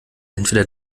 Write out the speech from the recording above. entweder